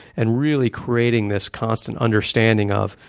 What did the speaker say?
and really creating this constant understanding of,